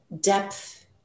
depth